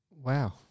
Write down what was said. Wow